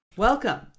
Welcome